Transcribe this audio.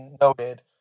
noted